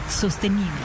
sostenible